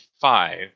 five